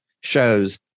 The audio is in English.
shows